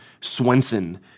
swenson